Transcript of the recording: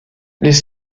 les